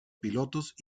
pilotos